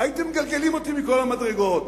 הייתם מגלגלים אותי מכל המדרגות,